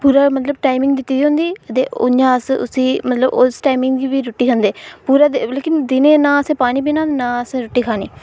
ओह्दा मतलब टाइमिंग दित्ती दी होंदी उयां अस उसी मतलब उस टाइमिंग दी भी रुट्टी खंदे पूरा दिन लेकिन दिनें ना असें पानी पीना ते न असें रुट्टी खानी